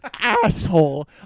asshole